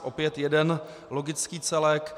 Opět jeden logický celek.